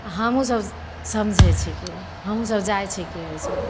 हमहूँसभ समझै छिकी हमहूँसभ जाइ छिकी ओहि सभमे